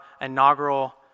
inaugural